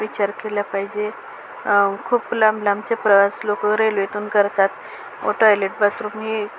विचार केला पाहिजे खूप लांब लांबचे प्रवास लोक रेल्वेतून करतात व टॉयलेट बाथरूम ही